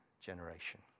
generation